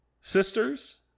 sisters